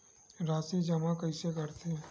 राशि जमा कइसे करथे?